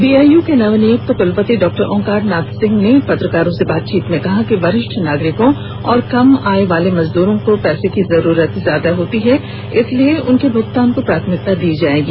BAU के नवनियुक्त कुलपति डॉ ओंकार नाथ सिंह ने आज पत्रकारों से बातचीत में कहा कि वरिष्ठ नागरिकों और कम आय वाले मजदूरों को पैसे की जरुरत ज्यादा होती है इसलिए उनके भूगतान को प्राथमिकता दी जाएगी